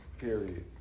Period